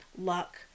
luck